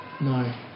No